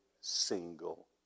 single